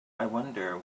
wonder